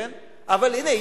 אבל הנה,